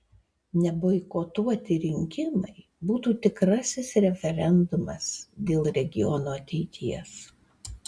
neboikotuoti rinkimai būtų tikrasis referendumas dėl regiono ateities